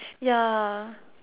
ya